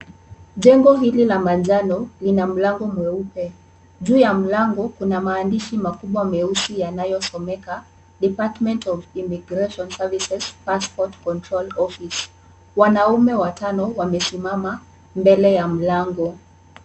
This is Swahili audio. Jengo hili la manjano lina mlango mweupe. Juu ya mlango kuna maandishi makubwa meusi yanayosomeka department of immigration services passports control office . Wanaume watano wamesimama mbele ya mlango.